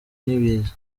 n’ibiza